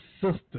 sister